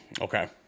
okay